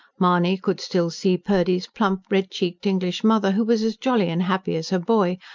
mahony could still see purdy's plump, red-cheeked english mother, who was as jolly and happy as her boy,